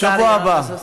בשבוע הבא.